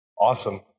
Awesome